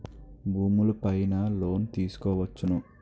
భూములు పైన లోన్ తీసుకోవచ్చును